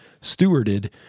stewarded